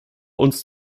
uns